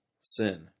sin